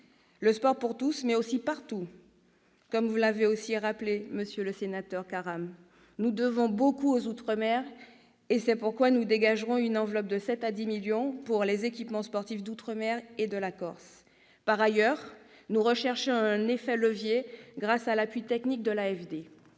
Le sport pour tous, mais aussi partout. Vous l'avez rappelé, monsieur Karam, nous devons beaucoup aux outre-mer ; c'est pourquoi nous dégagerons une enveloppe de 7 millions d'euros à 10 millions d'euros pour les équipements sportifs d'outre-mer et de Corse. Par ailleurs, nous recherchons un effet levier grâce à l'appui technique de l'AFD,